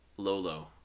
Lolo